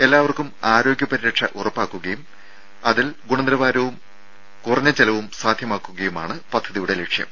എല്ലാവർക്കും ആരോഗ്യ പരിരക്ഷ ഉറപ്പാക്കുകയും ഇതിൽ ഗുണനിലവാരവും ചെലവും സാധ്യമാക്കുകയുമാണ് പദ്ധതിയുടെ ലക്ഷ്യം